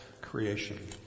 creation